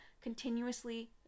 continuously